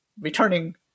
returning